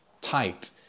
tight